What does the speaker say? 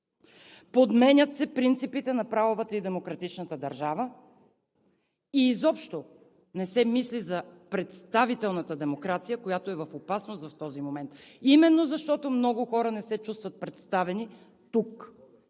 подменят се принципите на правовата и демократичната държава и изобщо не се мисли за представителната демокрация, която е в опасност в този момент, именно защото много хора не се чувстват представени тук